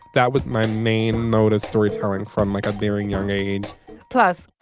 that was my main mode of storytelling from like a very young age plus.